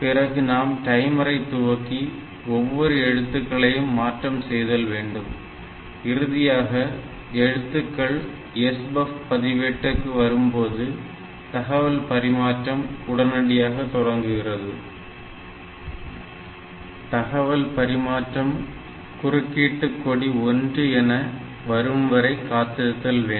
பிறகு நாம் டைமரை துவக்கி ஒவ்வொரு எழுத்துக்களையும் மாற்றம் செய்தல் வேண்டும் இறுதியாக எழுத்துக்கள் SBUFF பதிவேடுக்கு வரும்போது தகவல் பரிமாற்றம் உடனடியாக தொடங்குகிறது தகவல் பரிமாற்றம் குறுக்கீடு கொடி 1 என வரும்வரை காத்திருத்தல் வேண்டும்